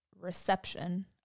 reception